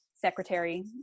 secretary